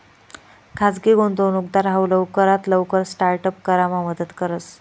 खाजगी गुंतवणूकदार हाऊ लवकरात लवकर स्टार्ट अप करामा मदत करस